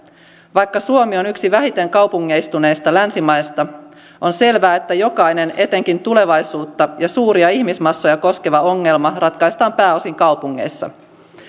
vaikka suomi on yksi vähiten kaupungistuneista länsimaista on selvää että jokainen etenkin tulevaisuutta ja suuria ihmismassoja koskeva ongelma ratkaistaan pääosin kaupungeissa